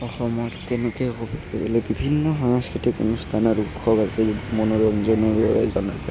অসমত তেনেকৈ হওক বিভিন্ন সাংস্কৃতিক অনুষ্ঠান আৰু উৎসৱ আছে মনোৰঞ্জনৰ বাবে জনাজাত